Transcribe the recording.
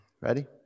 Ready